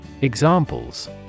Examples